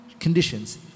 conditions